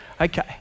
Okay